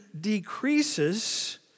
decreases